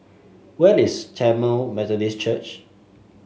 where is Tamil Methodist Church